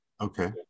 Okay